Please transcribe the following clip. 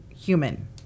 human